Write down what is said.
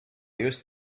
used